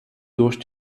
durch